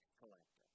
collector